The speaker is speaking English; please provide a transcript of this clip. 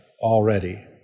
already